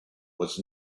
was